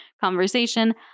conversation